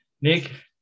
Nick